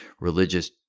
religious